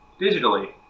digitally